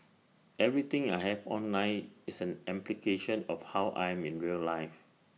everything I have online is an amplification of how I am in real life